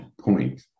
point